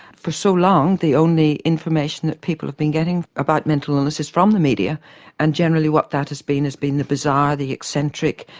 for so long the only information that people have been getting about mental illness is from the media and generally what that has been has been the bizarre, the eccentric,